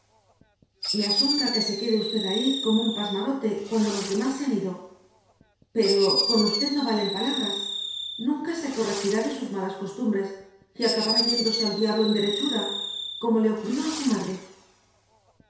me asombra que se quede usted ahí como un pasmarote cuando los demás se han ido pero con usted no valen palabras nunca se corregirá de sus malas costumbres y acabará yéndose al diablo en derechura como le ocurrió a su madre